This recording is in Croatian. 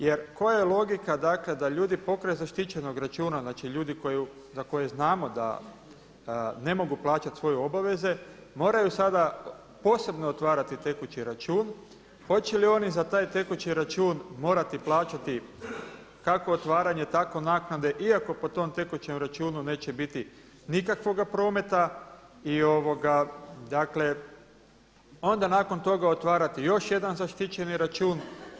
Jer koja je logika dakle da ljudi pokraj zaštićenog računa, znači ljudi za koje znamo da ne mogu plaćati svoje obaveze moraju sada posebno otvarati tekući račun, hoće li oni za taj tekući račun morati plaćati kako otvaranje, tako naknade iako po tom tekućem računu neće biti nikakvoga prometa i dakle onda nakon toga otvarati još jedan zaštićeni račun?